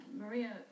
Maria